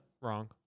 Wrong